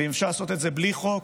ואם אפשר לעשות את זה בלי חוק,